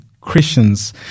Christians